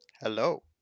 Hello